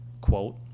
quote